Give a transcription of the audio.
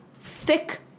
thick